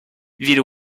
ville